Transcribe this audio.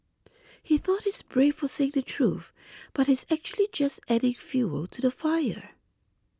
he thought he's brave for saying the truth but he's actually just adding fuel to the fire